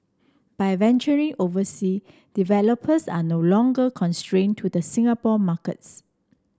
by venturing oversea developers are no longer constrain to the Singapore markets